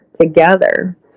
together